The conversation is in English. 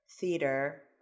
Theater